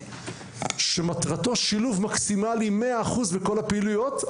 שמטרתו שילוב מקסימלי 100% בכל הפעילויות,